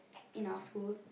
in our school